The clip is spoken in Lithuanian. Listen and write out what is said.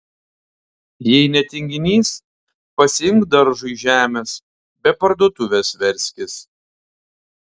jei ne tinginys pasiimk daržui žemės be parduotuvės verskis